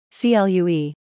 CLUE